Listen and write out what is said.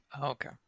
Okay